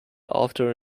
after